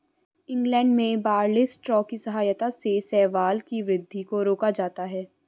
England में barley straw की सहायता से शैवाल की वृद्धि को रोका जाता है